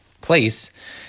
place